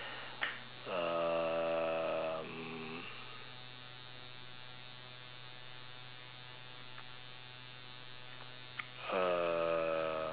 um